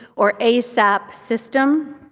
or asap system.